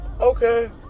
okay